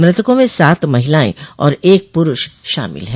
मृतकों में सात महिलायें और एक पुरूष शामिल है